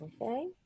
okay